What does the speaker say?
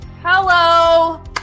Hello